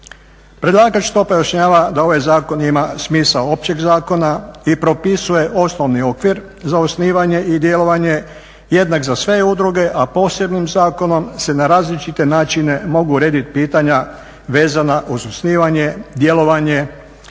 Predlagač to pojašnjava da ovaj zakon ima smisao općeg zakona i propisuje osnovni okvir za osnivanje i djelovanje jednak za sve udruge, a posebnim zakonom se na različite načine mogu urediti pitanja vezana uz osnivanje, djelovanje,